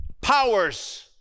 powers